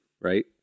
right